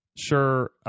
sure